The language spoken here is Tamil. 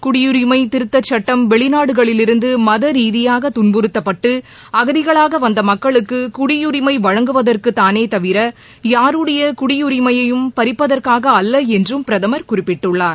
குடியுரிமை திருத்தச் சுட்டம் வெளிநாடுகளிலிருந்து மத ரீதியாக துன்புறுத்தப்பட்டு அகதிகளாக வந்த மக்களுக்கு குடியுரிமை வழங்குவதற்குத்தானே தவிர யாருடைய குடியுரிமையையும் பறிப்பதற்காக அல்ல என்றும் பிரதமர் குறிப்பிட்டுள்ளார்